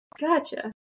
Gotcha